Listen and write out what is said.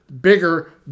Bigger